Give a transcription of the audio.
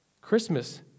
Christmas